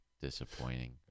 disappointing